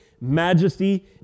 majesty